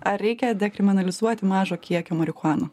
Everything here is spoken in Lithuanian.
ar reikia dekriminalizuoti mažo kiekio marihuaną